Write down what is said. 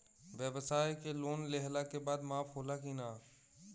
ब्यवसाय के लोन लेहला के बाद माफ़ होला की ना?